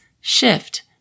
shift